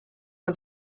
man